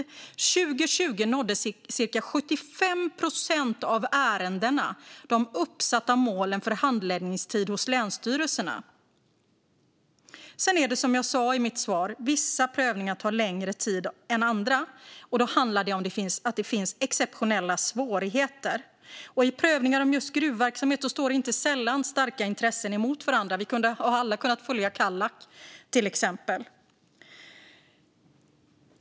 År 2020 nådde cirka 75 procent av ärendena de uppsatta målen för handläggningstid hos länsstyrelserna. Som jag sa i mitt svar tar vissa prövningar längre tid än andra, och då handlar det om att det finns exceptionella svårigheter. I prövningar om just gruvverksamhet står inte sällan starka intressen mot varandra. Vi har alla kunnat följa Kallak, till exempel.